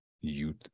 youth